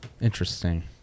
Interesting